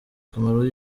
akamaro